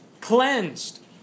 cleansed